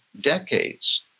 decades